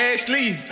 Ashley